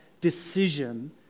decision